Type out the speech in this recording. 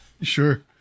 sure